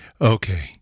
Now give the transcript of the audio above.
Okay